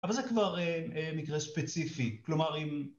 אבל זה כבר מקרה ספציפי, כלומר אם...